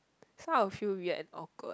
some will feel weird and awkward